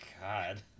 God